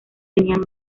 tenían